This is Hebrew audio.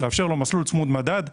לאפשר לו מסלול צמוד מדד בבנק,